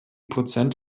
prozent